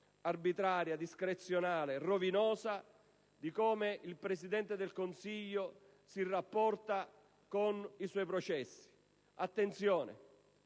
arbitraria, discrezionale, rovinosa, di come il Presidente del Consiglio si rapporta con i suoi processi. Attenzione: